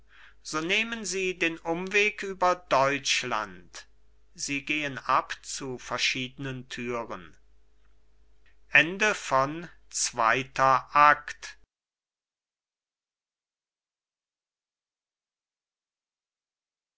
so nehmen sie den umweg über deutschland sie gehen ab zu verschiedenen türen